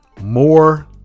more